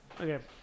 Okay